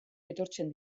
etortzen